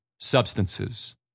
substances